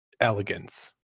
elegance